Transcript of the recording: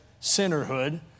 sinnerhood